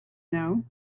know